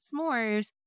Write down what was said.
s'mores